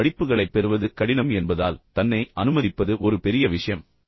நல்ல படிப்புகளைப் பெறுவது மிகவும் கடினம் என்பதால் மாணவருக்கு தன்னை அனுமதிப்பது ஒரு பெரிய விஷயம்